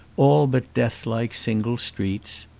all but death-like single streets.